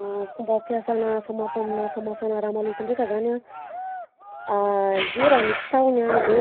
Fomba fiasanà famafa aminà famafana raha maloto ndraika zany a: izy io raha misy tahony a de